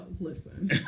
listen